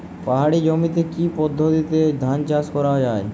পাহাড়ী জমিতে কি পদ্ধতিতে ধান চাষ করা যায়?